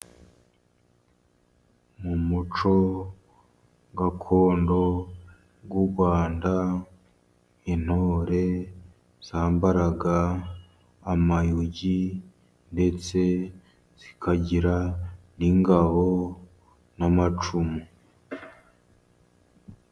Mu mucyo gakondo w'u Rwanda, intore zambara amayugi ndetse zikagira n'ingabo n'amacumu.